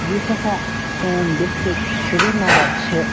یُس ہَسا سون ڈِسٹرٛک سرینَگر چھِ